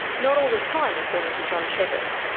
not all the time, according to john chevis.